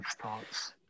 thoughts